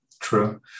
true